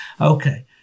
Okay